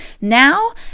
Now